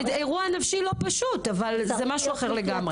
אירוע נפשי לא פשוט, אבל זה משהו אחר לגמרי.